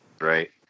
Right